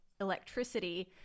electricity